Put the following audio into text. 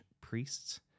priests